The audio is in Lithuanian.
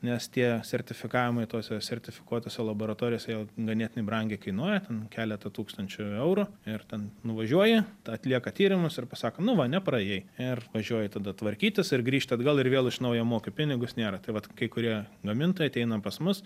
nes tie sertifikavimai tose sertifikuotose laboratorijose jau ganėtinai brangiai kainuoja ten keletą tūkstančių eurų ir ten nuvažiuoji atlieka tyrimus ir pasako nu va nepraėjai ir važiuoji tada tvarkytis ir grįžti atgal ir vėl iš naujo moki pinigus nėra tai vat kai kurie gamintojai ateina pas mus